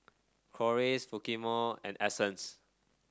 Corliss Fumiko and Essence